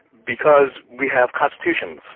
because we have constitutions